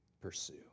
pursue